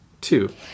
Two